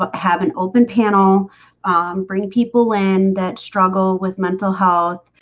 ah have an open panel bring people in that struggle with mental health,